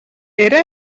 era